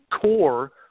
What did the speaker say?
core